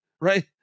Right